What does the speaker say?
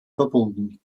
verbunden